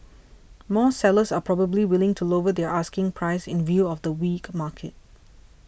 more sellers are probably willing to lower their asking prices in view of the weak market